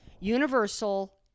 universal